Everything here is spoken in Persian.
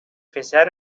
پسر